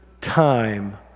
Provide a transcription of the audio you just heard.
time